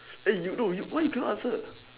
you no you why you cannot answer